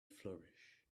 flourish